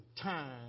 time